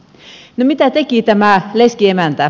no mitä teki tämä leskiemäntä